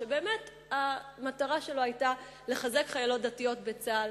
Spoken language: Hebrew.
שבאמת המטרה שלו היתה לחזק חיילות דתיות בצה"ל.